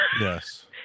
Yes